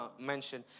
mention